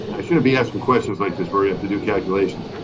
i shouldn't be asking questions like this, but you have to do calculations.